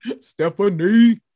Stephanie